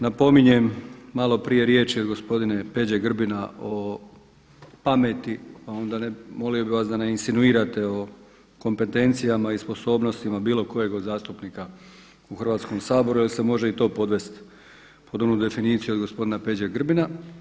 Napominjem malo prije riječi od gospodina Peđe Grbina o pameti, pa onda molio bih vas da ne insinuirate o kompetencijama i sposobnostima bilo kojeg od zastupnika u Hrvatskom saboru jer se može i to podvest pod onu definiciju od gospodina Peđe Grbina.